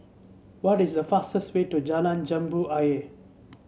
what is the fastest way to Jalan Jambu Ayer